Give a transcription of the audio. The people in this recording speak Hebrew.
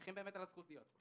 ושמחים על הזכות להיות.